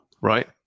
right